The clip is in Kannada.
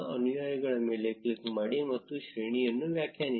ಅನುಯಾಯಿಗಳ ಮೇಲೆ ಕ್ಲಿಕ್ ಮಾಡಿ ಮತ್ತು ಶ್ರೇಣಿಯನ್ನು ವ್ಯಾಖ್ಯಾನಿಸಿ